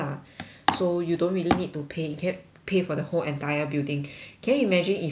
so you don't really need to pay can pay for the whole entire building can you imagine if you have like